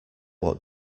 what